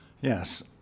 Yes